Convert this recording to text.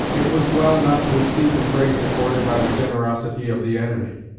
it was well not to exceed the grace accorded by the generosity of the enemy,